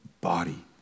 body